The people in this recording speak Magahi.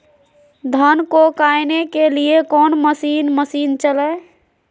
धन को कायने के लिए कौन मसीन मशीन चले?